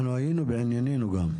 אנחנו גם היינו בענייננו,